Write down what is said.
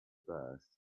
birth